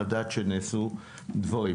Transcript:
לדעת שנעשו דברים.